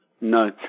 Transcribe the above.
No